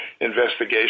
investigation